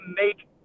make